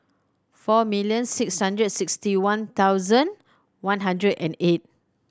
four million six hundred sixty one thousand one hundred and eight